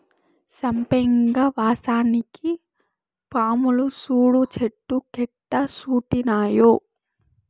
సంపెంగ వాసనకి పాములు సూడు చెట్టు కెట్టా సుట్టినాయో